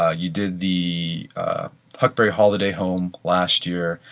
ah you did the huckberry holiday home last year.